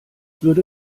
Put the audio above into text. würde